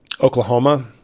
Oklahoma